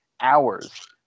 hours